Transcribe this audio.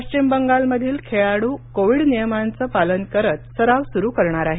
पश्चिम बंगालमधील खेळाडू कोविड नियमांचं पालन करत सराव सुरू करणार आहेत